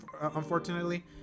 unfortunately